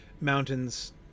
mountains